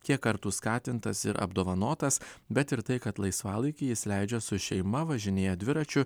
kiek kartų skatintas ir apdovanotas bet ir tai kad laisvalaikį jis leidžia su šeima važinėja dviračiu